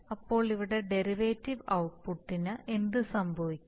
അപ്പോൾ ഇവിടെ ഡെറിവേറ്റീവ് ഔട്ട്പുട്ട്ന് എന്ത് സംഭവിക്കും